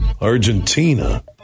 Argentina